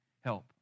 help